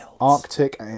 Arctic